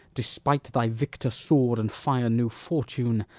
despite thy victor sword and fire-new fortune,